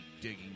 digging